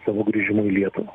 savo grįžimu į lietuvą